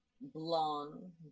blonde